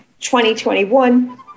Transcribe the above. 2021